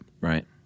Right